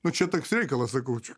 nu čia toks reikalas sakau čia